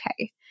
okay